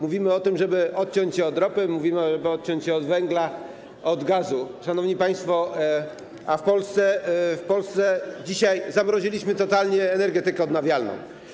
Mówimy o tym, żeby odciąć się od ropy, mówimy, żeby odciąć się od węgla, od gazu, szanowni państwo, a w Polsce dzisiaj zamroziliśmy totalnie energetykę odnawialną.